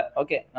okay